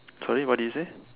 sorry what did you say